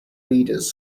leaders